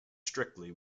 strictly